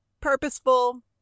purposeful